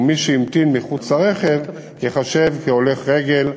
ומי שהמתין מחוץ לרכב ייחשב כהולך רגל.